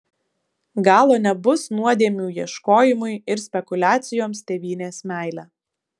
galo nebus nuodėmių ieškojimui ir spekuliacijoms tėvynės meile